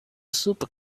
super